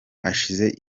hashize